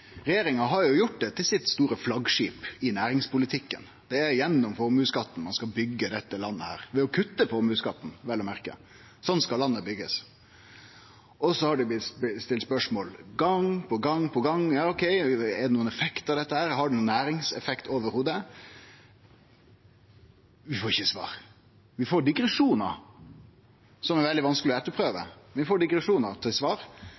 regjeringa har gjort han til det store flaggskipet sitt i næringspolitikken. Det er gjennom formuesskatten ein skal byggje dette landet – ved å kutte formuesskatten, vel å merke. Sånn skal ein byggje landet. Så er det blitt stilt spørsmål gong på gong på gong: Er det nokon effekt av dette? Har det nokon næringseffekt i det heile? Vi får ikkje svar. Vi får digresjonar som er veldig vanskelege å etterprøve. Vi får digresjonar til svar,